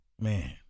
Man